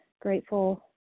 grateful